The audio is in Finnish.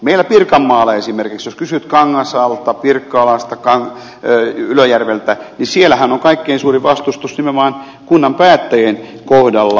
meillä pirkanmaalla esimerkiksi jos kysyt kangasalta pirkkalasta ylöjärveltä niin siellähän on kaikkein suurin vastustus nimenomaan kunnan päättäjien kohdalla